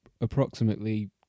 approximately